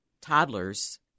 toddlers—